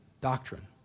doctrine